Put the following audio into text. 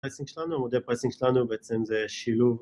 פייסינג שלנו, או זה פייסינג שלנו ובעצם זה שילוב